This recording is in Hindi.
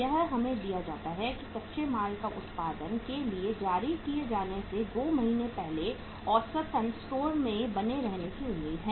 यह हमें दिया जाता है कि कच्चे माल को उत्पादन के लिए जारी किए जाने से 2 महीने पहले औसतन स्टोर पर बने रहने की उम्मीद है